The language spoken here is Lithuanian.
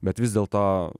bet vis dėlto